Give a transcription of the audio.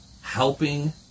helping